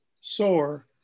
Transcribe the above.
sore